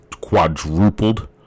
quadrupled